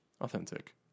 authentic